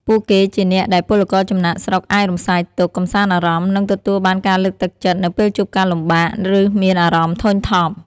ពួកគេជាអ្នកដែលពលករចំណាកស្រុកអាចរំសាយទុក្ខ កម្សាន្តអារម្មណ៍ និងទទួលបានការលើកទឹកចិត្តនៅពេលជួបការលំបាក ឬមានអារម្មណ៍ធុញថប់ ។